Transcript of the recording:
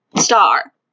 star